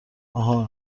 آهان